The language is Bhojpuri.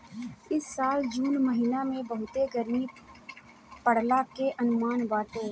इ साल जून महिना में बहुते गरमी पड़ला के अनुमान बाटे